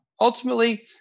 Ultimately